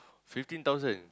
fifteen thousand